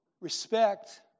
respect